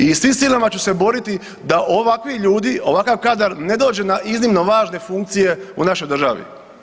I svim silama ću se boriti da ovakvi ljudi, ovakav kadar ne dođe na iznimno važne funkcije u našoj državi.